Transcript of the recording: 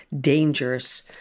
dangerous